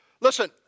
listen